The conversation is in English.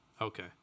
Okay